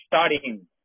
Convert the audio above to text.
studying